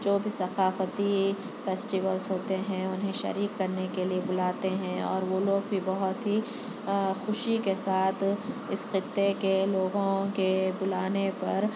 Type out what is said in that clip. جو بھی ثقافتی فیسٹیولس ہوتے ہیں انہیں شریک کرنے کے لیے بلاتے ہیں اور وہ لوگ بھی بہت ہی خوشی کے ساتھ اِس خطّّے کے لوگوں کے بلانے پر